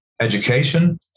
education